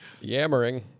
Yammering